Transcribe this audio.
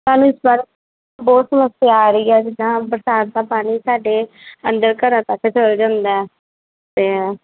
ਸਾਨੂੰ ਇਸ ਵਾਰ ਬਹੁਤ ਸਮੱਸਿਆ ਆ ਰਹੀ ਆ ਜਿੱਦਾਂ ਬਰਸਾਤ ਦਾ ਪਾਣੀ ਸਾਡੇ ਅੰਦਰ ਘਰਾਂ ਤੱਕ ਚੱਲ ਜਾਂਦਾ ਅਤੇ